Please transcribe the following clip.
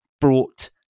brought